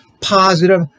positive